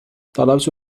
طلبت